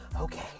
okay